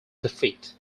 defeat